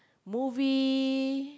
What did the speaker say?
movie